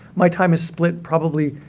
my time is split probably,